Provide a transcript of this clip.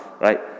right